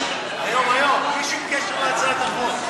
בלי שום קשר להצעת החוק.